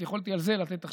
יכולתי לתת על זה עכשיו,